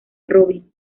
robin